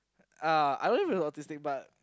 uh I don't even know if he was autistic but